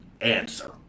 answer